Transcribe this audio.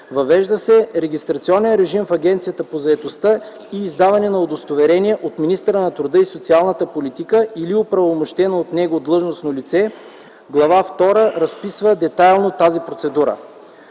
Въвежда се регистрационен режим в Агенцията по заетостта и издаване на удостоверение от министъра на труда и социалната политика или оправомощено от него длъжностно лице – Глава втора разписва детайлно тази процедура.